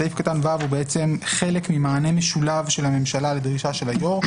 סעיף קטן (ו) הוא חלק ממענה משולב של הממשלה לדרישה של היו"ר.